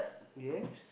yes